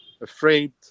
afraid